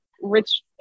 rich